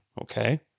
Okay